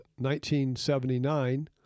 1979